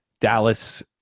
dallas